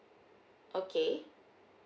okay